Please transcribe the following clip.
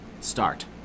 Start